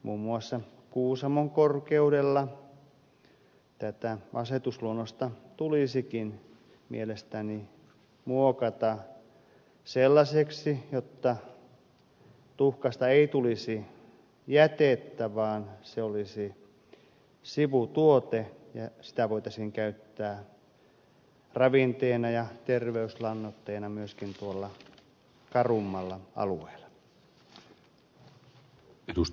muun muassa kuusamon korkeudella tätä asetusluonnosta tulisikin mielestäni muokata sellaiseksi että tuhkasta ei tulisi jätettä vaan se olisi sivutuote ja sitä voitaisiin käyttää ravinteena ja terveyslannoitteena myöskin tuolla karummalla alueella